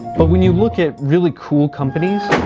but when you look at really cool companies,